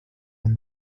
when